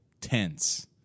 tense